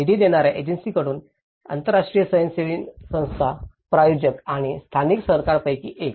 निधी देणार्या एजन्सीकडून आंतरराष्ट्रीय स्वयंसेवी संस्था प्रायोजक आणि स्थानिक सरकारांपैकी एक